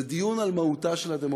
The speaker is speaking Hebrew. זה דיון על מהותה של הדמוקרטיה.